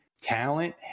talent